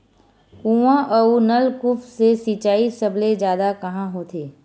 कुआं अउ नलकूप से सिंचाई सबले जादा कहां होथे?